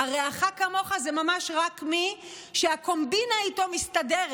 "רעך כמוך" זה ממש רק מי שהקומבינה איתו מסתדרת.